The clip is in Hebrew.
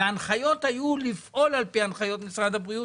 וההנחיות היו לפעול על פי הנחיות משרד הבריאות.